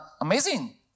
amazing